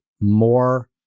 more